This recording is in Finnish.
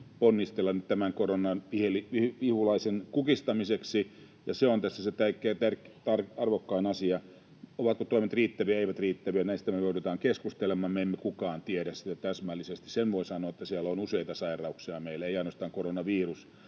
ponnistella nyt tämän koronavihulaisen kukistamiseksi, ja se on tässä se kaikkein arvokkain asia. Ovatko toimet riittäviä vai eivät, näistä me joudutaan keskustelemaan, me emme kukaan tiedä sitä täsmällisesti. Sen voin sanoa, että meillä on useita sairauksia, ei ainoastaan koronavirus,